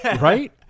Right